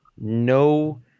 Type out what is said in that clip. no